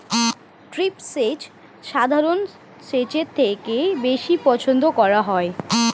drip সেচ সাধারণ সেচের থেকে বেশি পছন্দ করা হয়